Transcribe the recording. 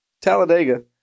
Talladega